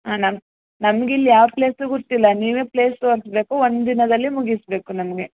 ಹಾಂ ನಮ್ಮ ನಮ್ಗಿಲ್ಲಿ ಯಾವ ಪ್ಲೇಸೂ ಗೊತ್ತಿಲ್ಲ ನೀವೇ ಪ್ಲೇಸ್ ತೋರಿಸ್ಬೇಕು ಒಂದಿನದಲ್ಲಿ ಮುಗಿಸಬೇಕು ನಮಗೆ